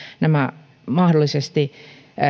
nämä mahdollisesti